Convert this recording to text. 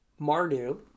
Mardu